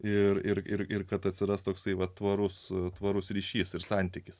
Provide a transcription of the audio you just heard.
ir ir kad atsiras toksai vat tvarus tvarus ryšys ir santykis